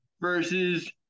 versus